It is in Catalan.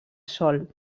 sol